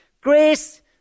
Grace